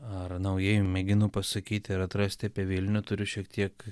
ar naujai mėginu pasakyti ir atrasti apie vilnių turi šiek tiek